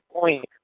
point